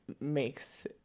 makes